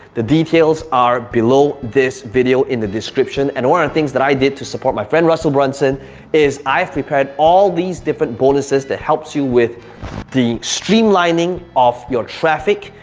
the details are below this video in the description and one of the things that i did to support my friend russell brunson is i prepared all these different bonuses that helps you with the streamlining of your traffic,